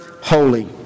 holy